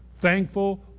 thankful